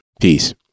Peace